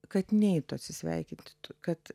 kad neitų atsisveikinti kad